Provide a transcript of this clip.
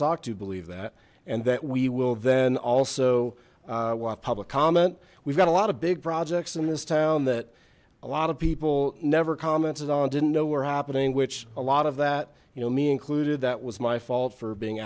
talked to believe that and that we will then also a public comment we've got a lot of big projects in this town that a lot of people never commented on didn't know we're happening which a lot of that you know me included that was my fault for being